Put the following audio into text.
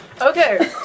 Okay